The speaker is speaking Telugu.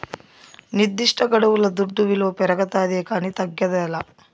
నిర్దిష్టగడువుల దుడ్డు విలువ పెరగతాదే కానీ తగ్గదేలా